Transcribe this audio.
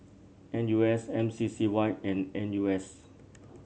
N U S M C C Y and N U S